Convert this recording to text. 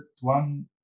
one